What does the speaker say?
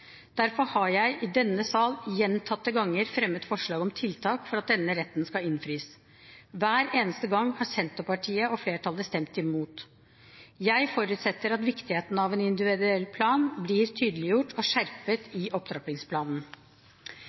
Derfor har jeg i denne sal gjentatte ganger fremmet forslag om tiltak for at denne retten skal innfris. Hver eneste gang har Senterpartiet og flertallet stemt imot. Jeg forutsetter at viktigheten av en individuell plan blir tydeliggjort og skjerpet i opptrappingsplanen.